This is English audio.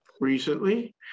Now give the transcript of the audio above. recently